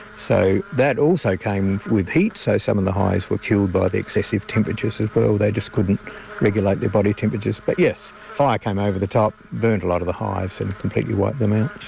that also came with heat, so some of the hives were killed by the excessive temperatures as well, they just couldn't regulate their body temperatures. but yes, fire came over the top, burnt a lot of the hives and completely wiped them out.